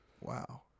Wow